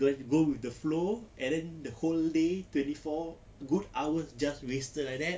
going go with the flow and then the whole day twenty four good hours just wasted like that